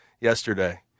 yesterday